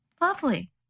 Lovely